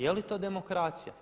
Je li to demokracija?